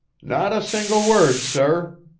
not a single word, sir.